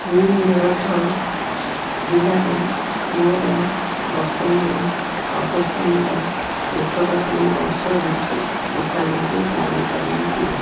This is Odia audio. ମୁଁ ମେରଠ ଜିଲ୍ଲାରେ ମୋର ବର୍ତ୍ତମାନ ଅବସ୍ଥାନର ନିକଟତମ ଔଷଧ ଦୋକାନଟି ଜାଣିପାରିବି କି